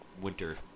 winter